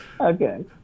Okay